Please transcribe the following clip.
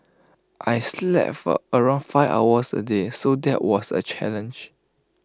I slept for around five hours A day so that was A challenge